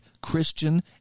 Christian